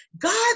God